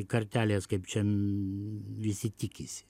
kartelės kaip čia visi tikisi